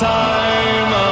time